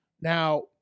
Now